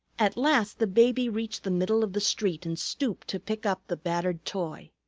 at last the baby reached the middle of the street and stooped to pick up the battered toy.